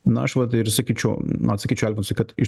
na aš vat ir sakyčiau atsakyčiau alfonsui kad iš